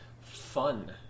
Fun